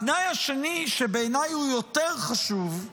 התנאי השני, שבעיניי הוא יותר חשוב,